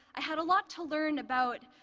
i had a lot to learn about